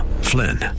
Flynn